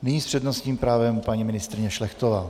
Nyní s přednostním právem paní ministryně Šlechtová.